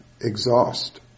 exhaust